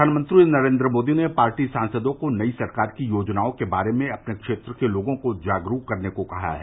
प्रधानमंत्री नरेन्द्र मोदी ने पार्टी सांसदों को नई सरकार की योजनाओं के बारे में अपने क्षेत्र के लोगों को जागरूक करने को कहा है